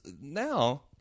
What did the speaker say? Now